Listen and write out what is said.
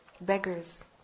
beggars